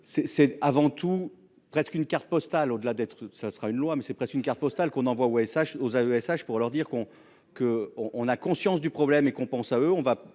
c'est, avant tout, presque une carte postale au delà d'être ça sera une loi mais c'est presque une carte postale qu'on envoie ASH aux AESH pour leur dire qu'on que on on a conscience du problème et qu'on pense à eux